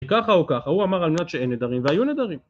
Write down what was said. ככה או ככה, הוא אמר על מנת שאין נדרים והיו נדרים